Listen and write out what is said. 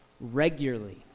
regularly